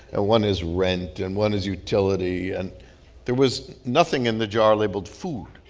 and one is rent, and one is utility. and there was nothing in the jar labeled food.